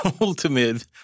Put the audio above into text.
ultimate